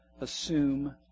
assume